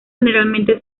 generalmente